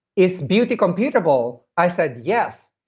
is beauty computable? i said, yes.